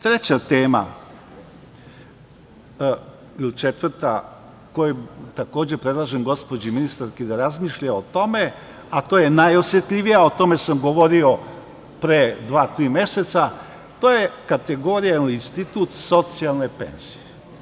Treća tema ili četvrta koju takođe predlažem gospođi ministarki da razmišlja o tome, a to je najosetljivija tema, o tome sam govorio pre dva, tri meseca, to je kategorija ili institut socijalne penzije.